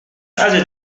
other